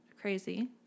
crazy